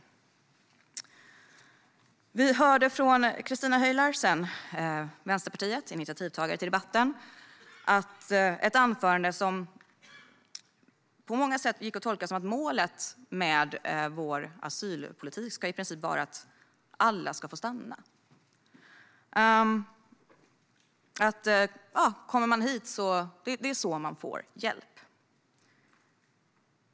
Från Vänsterpartiets Christina Höj Larsen, som är initiativtagare till denna debatt, fick vi höra ett anförande som på många sätt kunde tolkas som att målet med vår asylpolitik i princip ska vara att alla ska få stanna. Att komma hit är sättet för att få hjälp.